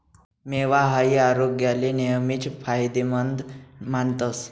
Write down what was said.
मेवा हाई आरोग्याले नेहमीच फायदेमंद मानतस